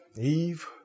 Eve